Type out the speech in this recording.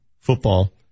football